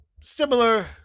Similar